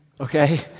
Okay